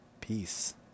peace